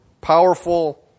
powerful